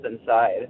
inside